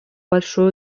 большое